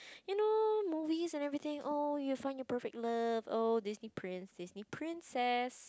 you know movies and everything oh you found your perfect love oh Disney prince Disney princess